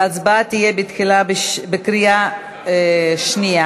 ההצבעה תהיה בתחילה בקריאה שנייה,